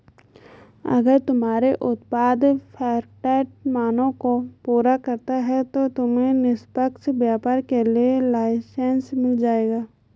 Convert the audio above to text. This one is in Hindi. अगर तुम्हारे उत्पाद फेयरट्रेड मानकों को पूरा करता है तो तुम्हें निष्पक्ष व्यापार के लिए लाइसेन्स मिल जाएगा